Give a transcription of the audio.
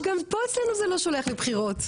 לא גם פה אצלנו זה לא שולח לבחירות,